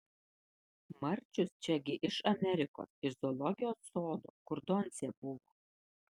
marčius čia gi iš amerikos iš zoologijos sodo kur doncė buvo